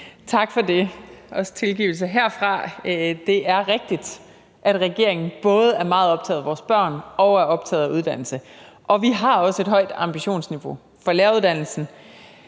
Tak for det – og også tilgivelse herfra. Det er rigtigt, at regeringen både er meget optaget af vores børn og er optaget af uddannelse. Og vi har også et højt ambitionsniveau for læreruddannelsen.